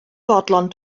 fodlon